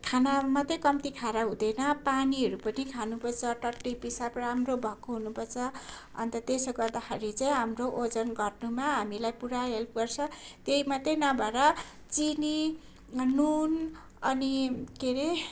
खाना मात्रै कम्ती खाएर हुँदैन पानीहरू पनि खानुपर्छ टट्टी पिसाब राम्रो भएको हुनुपर्छ अन्त त्यसो गर्दाखेरि चाहिँ हाम्रो ओजन घट्नुमा हामीलाई पुरा हेल्प गर्छ त्यही मात्रै नभएर चिनी नुन अनि के अरे